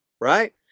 right